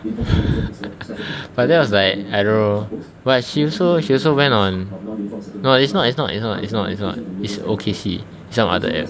but that was like I don't know but she also she also went on no it's not it's not it's not it's not is not is O_K_C~ is not on other app